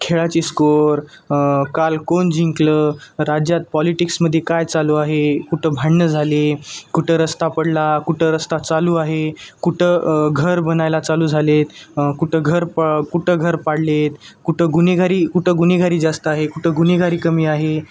खेळाची स्कोअर काल कोण जिंकलं राज्यात पॉलिटिक्स मध्ये काय चालू आहे कुठं भांडणं झाले कुठं रस्ता पडला कुठं रस्ता चालू आहे कुठं घर बनायला चालू झाले आहेत कुठं घर पा कुठं घर पाडले आहेत कुठं गुन्हेगारी कुठं गुनहेगारी जास्त आहे कुठं गुन्हेगारी कमी आहे